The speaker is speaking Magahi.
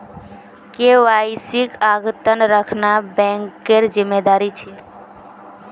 केवाईसीक अद्यतन रखना बैंकेर जिम्मेदारी छे